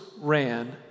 ran